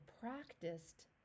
practiced